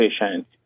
patient